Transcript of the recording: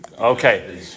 Okay